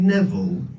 Neville